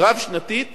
רב-שנתית